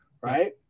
right